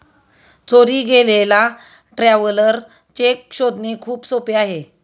चोरी गेलेला traveller cheque शोधणे खूप सोपे आहे